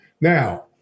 Now